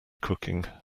cooking